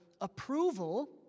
approval